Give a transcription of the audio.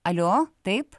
alio taip